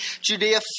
Judea